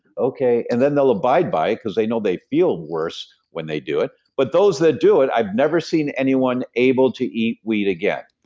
okay. and then, they'll abide by it, because they know they feel worse when they do it but those that do it, i've never seen anyone able to eat wheat again,